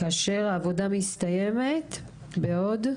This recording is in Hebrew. כאשר העבודה מסתיימת בעוד?